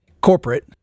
corporate